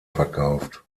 verkauft